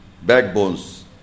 Backbones